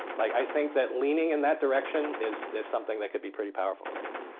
like i think that leaning in that direction is is something that could be pretty powerful right now.